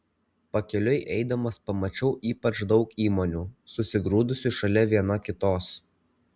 pakeliui eidamas pamačiau ypač daug įmonių susigrūdusių šalia viena kitos